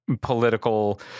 political